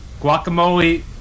guacamole